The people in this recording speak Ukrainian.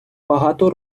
багато